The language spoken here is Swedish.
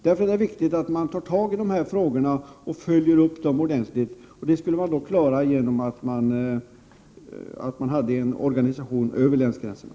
Därför är det viktigt att man tar tag i dessa frågor och 37 följer upp dem ordentligt. Det skulle man klara genom att man hade en organisation över länsgränserna.